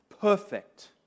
perfect